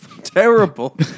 Terrible